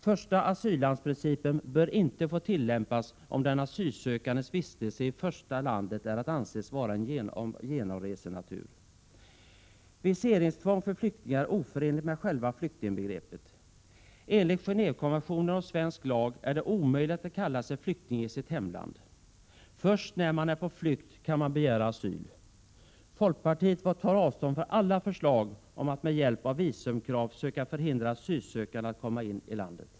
Första asyllandsprincipen bör inte få tillämpas om den asylsökandes vistelse i första landet är att anse vara av genomresenatur. Viseringstvång för flyktingar är oförenligt med själva flyktingbegreppet. Enligt Genåévekonventionen och svensk lag är det omöjligt att kalla sig flykting i sitt hemland. Först när man är på flykt kan man begära asyl. Folkpartiet tar avstånd från alla förslag om att med hjälp av visumkrav söka förhindra asylsökande att komma in i landet.